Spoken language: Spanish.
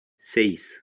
seis